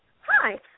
Hi